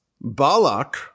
Balak